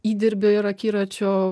įdirbio ir akiračio